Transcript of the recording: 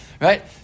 Right